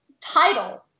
title